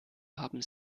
haben